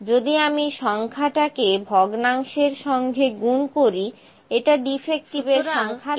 যদি আমি সংখ্যাটা কেভগ্নাংশের সঙ্গে গুন করি এটা ডিফেক্টিভের সংখ্যা দেখাবে ঠিক আছে